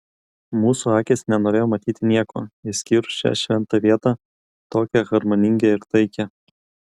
mūsų akys nenorėjo matyti nieko išskyrus šią šventą vietą tokią harmoningą ir taikią